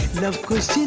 luv kush.